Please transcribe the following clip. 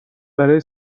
برای